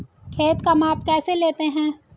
खेत का माप कैसे लेते हैं?